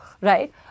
right